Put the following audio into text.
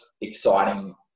exciting